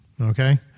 Okay